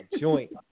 joint